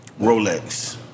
Rolex